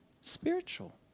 spiritual